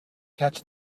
catch